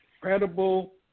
credible